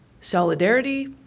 solidarity